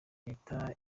leta